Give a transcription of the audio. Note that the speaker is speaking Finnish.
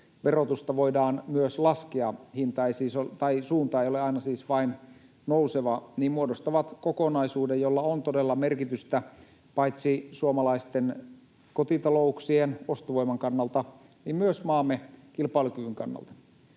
verotusta voidaan myös laskea, suunta ei ole siis aina vain nouseva, ja nämä muodostavat kokonaisuuden, jolla on todella merkitystä paitsi suomalaisten kotitalouksien ostovoiman kannalta myös maamme kilpailukyvyn kannalta.